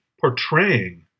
portraying